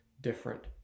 different